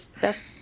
Best